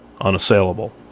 unassailable